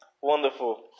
Wonderful